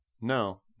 No